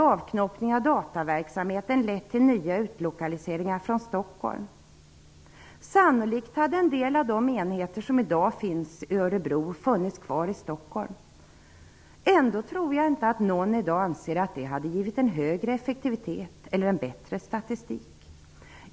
Avknoppningen av dataverksamheten hade knappast lett till nya utlokaliseringar från Stockholm. Sannolikt hade en del av de enheter som i dag finns i Örebro funnits kvar i Stockholm. Ändå tror jag inte att någon i dag anser att det hade givit en högre effektivitet eller en bättre statistik.